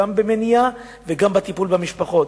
גם במניעה וגם בטיפול במשפחות.